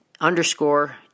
underscore